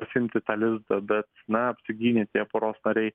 pasiimti tą lizdą bet na apsigynė tie poros nariai